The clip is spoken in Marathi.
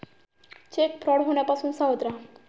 चेक फ्रॉड होण्यापासून सावध रहा